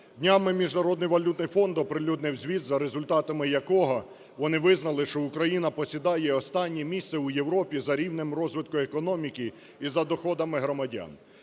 Днями Міжнародний валютний фонд оприлюднив звіт, за результатами якого вони визнали, що Україна посідає останнє місце у Європі за рівнем розвитку економіки і за доходами громадян.